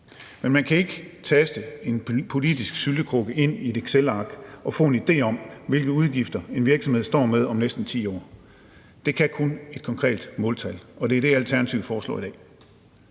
Men man kan ikke taste en politisk syltekrukke ind i et excelark og få en idé om, hvilke udgifter en virksomhed står med om næsten 10 år. Men det kan man kun med et konkret måltal, og det er det, Alternativet foreslår i dag,